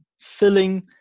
filling